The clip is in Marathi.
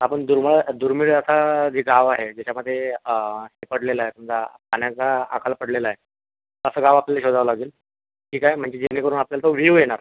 आपण दुर्मळ दुर्मीळ असा जे गाव आहे त्याच्यामध्ये ते पडलेलं आहे समजा अन्नाचा अकाल पडलेला आहे असं गाव आपल्याला शोधावं लागेल ठीक आहे म्हणजे जेणेकरून आपल्याला तो व्ह्यू येणार